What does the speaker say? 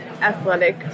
athletic